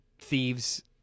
thieves